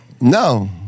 No